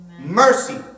Mercy